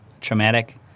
traumatic